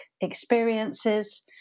experiences